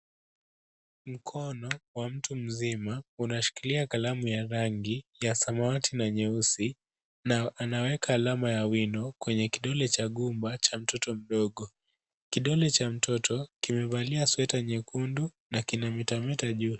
Mkono wa mtu mzima unashikilia kalamu ya rangi ya samawati na nyeusi na anaweka alama ya wino kwenye kidole cha gumba cha mtoto mdogo. Kidole cha mtoto kimevalia sweta nyekundu na kina metameta juu.